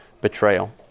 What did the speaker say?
betrayal